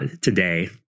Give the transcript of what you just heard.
today